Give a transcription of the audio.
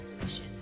mission